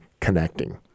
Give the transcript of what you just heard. connecting